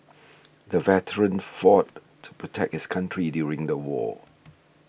the veteran fought to protect his country during the war